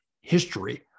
history